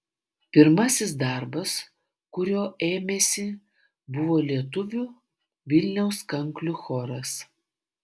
pirmasis darbas kurio ėmėsi buvo lietuvių vilniaus kanklių choras